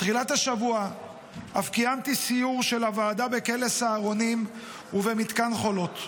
בתחילת השבוע אף קיימתי סיור של הוועדה בכלא סהרונים ובמתקן חולות.